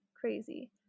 crazy